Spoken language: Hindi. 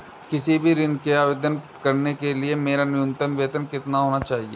किसी भी ऋण के आवेदन करने के लिए मेरा न्यूनतम वेतन कितना होना चाहिए?